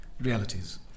realities